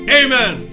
amen